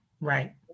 right